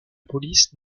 police